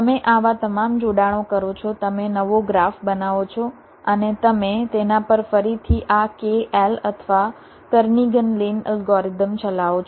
તમે આવા તમામ જોડાણો કરો છો તમે નવો ગ્રાફ બનાવો છો અને તમે તેના પર ફરીથી આ K L અથવા કર્નિઘન લિન અલ્ગોરિધમ ચલાવો છો